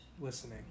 listening